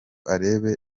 arebe